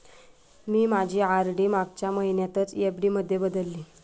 मी माझी आर.डी मागच्या महिन्यातच एफ.डी मध्ये बदलली